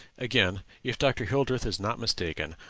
again, if dr. hildreth is not mistaken,